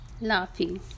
laughing